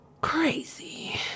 crazy